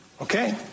Okay